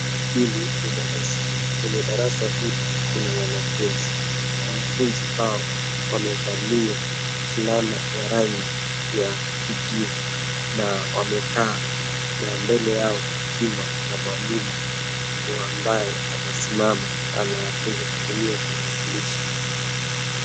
Hili ni darasa. Kwenye darasa hili kuna wanafunzi. Wanafunzi hao wamevalia fulana ya rangi ya kijivu na wamekaa na mbele yao kukiwa na mwalimu ambaye amesimama, anawafunza kutumia tarakislishi.